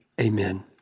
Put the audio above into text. Amen